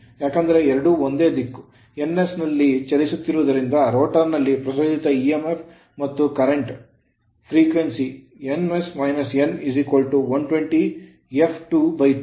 ಏಕೆಂದರೆ ಎರಡೂ ಒಂದೇ ದಿಕ್ಕು ns ನಲ್ಲಿ ಚಲಿಸುತ್ತಿರುವುದರಿಂದ ರೋಟರ್ ನಲ್ಲಿ ಪ್ರಚೋದಿತ emf ಮತ್ತು current ಪ್ರವಾಹದ frequency ಆವರ್ತನವು ns - n 120 F2 P